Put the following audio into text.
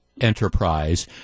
enterprise